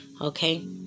okay